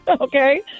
okay